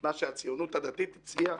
את מה שהציונות הדתית הציעה,